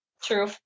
True